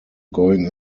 going